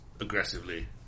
aggressively